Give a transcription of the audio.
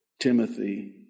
Timothy